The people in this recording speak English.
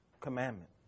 commandment